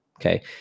okay